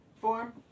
form